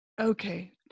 Okay